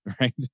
right